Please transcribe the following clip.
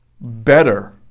better